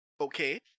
Okay